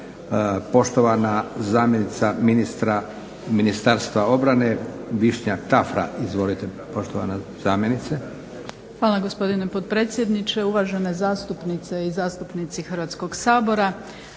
Poštovana zamjenica ministra Ministarstva obrane Višnja Tafra. Izvolite poštovana zamjenice. **Tafra, Višnja** Hvala gospodine potpredsjedniče, uvažene zastupnice i zastupnici Hrvatskog sabora.